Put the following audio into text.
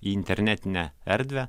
į internetinę erdvę